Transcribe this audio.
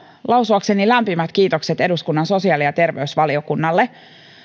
lausuakseni lämpimät kiitokset eduskunnan sosiaali ja terveysvaliokunnalle